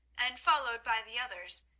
and, followed by the others,